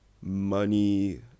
money